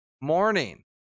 morning